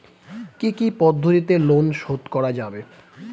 কি কি পদ্ধতিতে লোন শোধ করা যাবে?